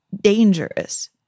dangerous